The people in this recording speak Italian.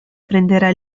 prenderà